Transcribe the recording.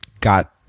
got